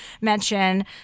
mention